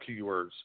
Keywords